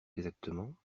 exactement